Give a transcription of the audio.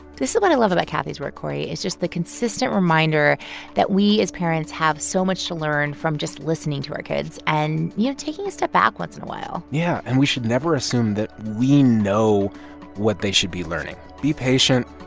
this is what i love about kathy's work, cory, is just the consistent reminder that we as parents have so much to learn from just listening to our kids and, you know, taking a step back once in a while yeah. and we should never assume that we know what they should be learning. be patient.